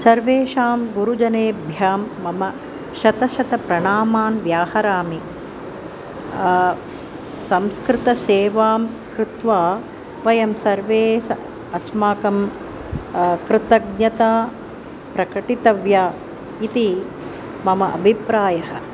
सर्वेषां गुरुजनाभ्यां मम शत शत प्रणामान् व्याहरामि संस्कृतसेवां कृत्वा वयं सर्वे स अस्माकं कृतज्ञता प्रकटितव्या इति मम अभिप्रायः